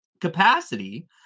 Capacity